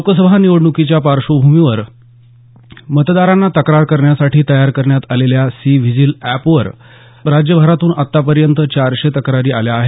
लोकसभा निवडणुकीच्या पार्श्वभूमीवर मतदारांना तक्रार करण्यासाठी तयार करण्यात आलेल्या सी व्हिजील एपवर राज्यभरातून आतापर्यंत चारशे तक्रारी आल्या आहेत